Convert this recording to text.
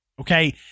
Okay